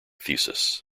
thesis